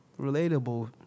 relatable